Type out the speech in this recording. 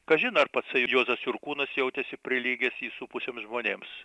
kažin ar patsai juozas jurkūnas jautėsi prilygęs jį supusiems žmonėms